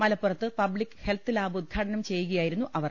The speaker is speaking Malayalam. മലപ്പുറത്ത് പബ്ലിക് ഹെൽത്ത് ലാബ് ഉദ്ഘാടനം ചെയ്യുകയായിരുന്നു അവർ